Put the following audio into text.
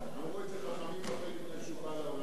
אמרו את זה חכמים הרבה לפני שהוא בא לעולם.